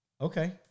Okay